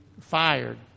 fired